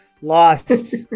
lost